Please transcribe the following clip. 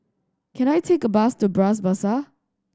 can I take a bus to Bras Basah